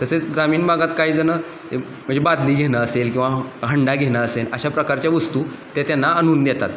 तसेच ग्रामीण भागात काही जणं म्हणजे बादली घेणं असेल किंवा हंडा घेणं असेल अशा प्रकारच्या वस्तू ते त्यांना आणून देतात